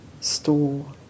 store